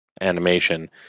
animation